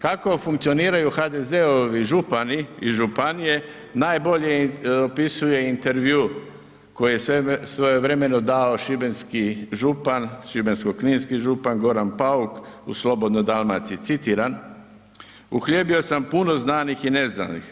Kako funkcioniraju HDZ-ovi župani i županije najbolje opisuje intervju koji je svojevremeno dao šibenski župan, šibensko-kninski župan Goran Pauk u Slobodnoj Dalmaciji, citiram: „Uhljebio sam puno znanih i neznanih.